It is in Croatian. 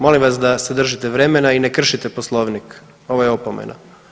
Molim vas da se držite vremena i ne kršite Poslovnik, ovo je opomena.